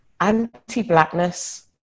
anti-blackness